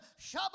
Shabbat